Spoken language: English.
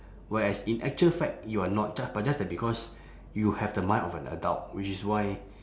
whereas in actual fact you are not just but just that because you have the mind of an adult which is why